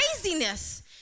craziness